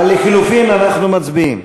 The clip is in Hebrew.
מצביעים.